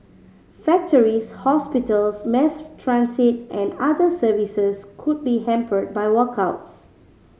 factories hospitals mass transit and other services could be hampered by walkouts